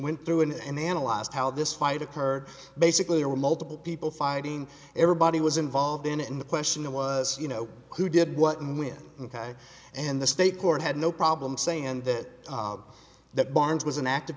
went through and analyzed how this fight occurred basically there were multiple people fighting everybody was involved in it and the question was you know who did what and when ok and the state court had no problem saying and that that barnes was an active